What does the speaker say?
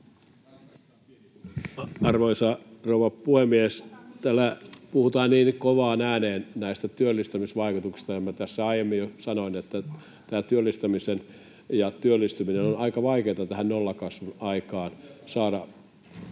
Arvoisa rouva puhemies! Täällä puhutaan kovaan ääneen työllistämisvaikutuksista. Minä tässä aiemmin jo sanoin, että työllistäminen ja työllistyminen ovat aika vaikeita tämän nollakasvun aikaan: saada